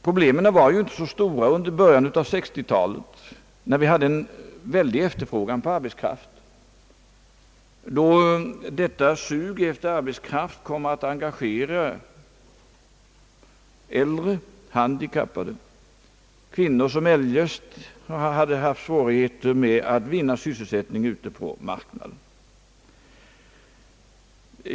Problemen var ju inte så stora i början av 60-talet, när vi hade en väldig efterfrågan på arbetskraft, då detta sug efter arbetskraft kom att engagera äldre, handikappade och kvinnor som eljest fått svårigheter att vinna sysselsättning på marknaden.